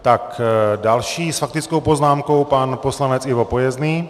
Tak další s faktickou poznámkou pan poslanec Ivo Pojezný.